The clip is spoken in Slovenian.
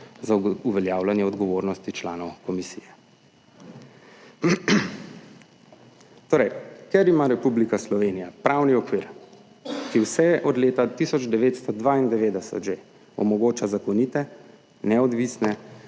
za uveljavljanje odgovornosti članov komisije. Torej, ker ima Republika Slovenija pravni okvir, ki vse od leta 1992 že omogoča zakonite, neodvisne